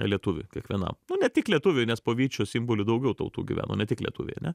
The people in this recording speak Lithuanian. lietuviui kiekvienam nu ne tik lietuviui nes po vyčio simboliu daugiau tautų gyveno ne tik lietuviai ane